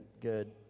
Good